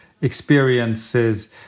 experiences